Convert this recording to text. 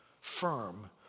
firm